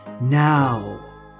now